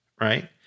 right